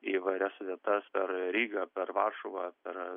įvairias vietas per rygą per varšuvą per